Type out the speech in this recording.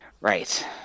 Right